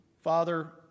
Father